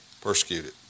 persecuted